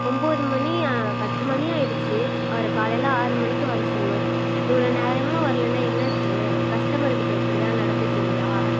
ஒன்போது மணி பத்து மணி ஆயிடுச்சு அவரை காலையில் ஆறு மணிக்கு வர சொன்னோம் இவ்வளோ நேரமும் வரலைன்னா என்ன சார் கஸ்டமர்கிட்ட இப்படி தான் நடந்துப்பீங்களா